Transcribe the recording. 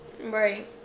right